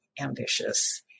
ambitious